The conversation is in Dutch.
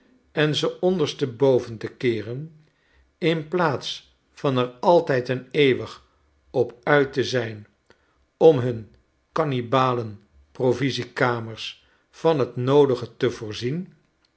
en ze onderste boven te keeren in plaats van er altijd en eeuwig op uit te zijn omhun gannibalen provisiekamers van t noodige te voorzien